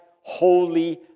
holy